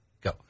Go